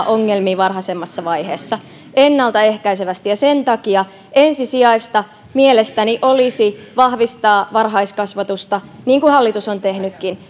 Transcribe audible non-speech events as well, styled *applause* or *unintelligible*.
*unintelligible* ongelmiin varhaisemmassa vaiheessa ennaltaehkäisevästi ja sen takia ensisijaista mielestäni olisi vahvistaa varhaiskasvatusta niin kuin hallitus on tehnytkin *unintelligible*